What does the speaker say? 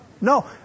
No